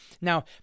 Now